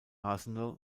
arsenal